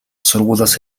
сургуулиас